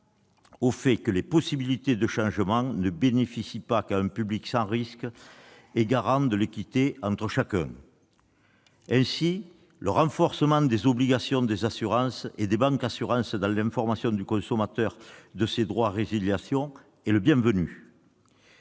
pour que les possibilités de changement ne bénéficient pas qu'à un public sans risque et nous montrer garants de l'équité entre chacun. Ainsi, le renforcement des obligations des assurances et des banques en matière d'information du consommateur sur ses droits à résiliation est le bienvenu.